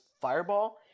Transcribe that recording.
fireball